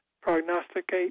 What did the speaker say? prognosticate